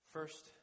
First